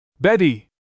Betty